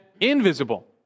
invisible